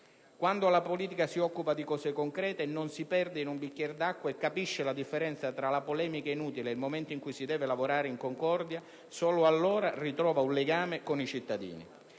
Quando la politica si occupa di cose concrete, non si perde in un bicchier d'acqua e capisce la differenza tra la polemica inutile ed il momento in cui si deve lavorare in concordia, solo allora ritrova un legame con i cittadini.